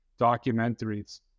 documentaries